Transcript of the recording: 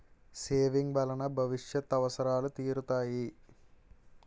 saving వలన భవిష్యత్ అవసరాలు తీరుతాయి